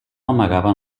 amagaven